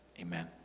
Amen